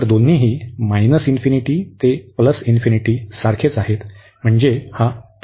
तर दोघेही ते सारखीच आहेत म्हणजे टाइप 1 इंटिग्रल आहेत